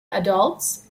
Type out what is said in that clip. adults